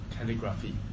calligraphy